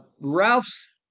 Ralph's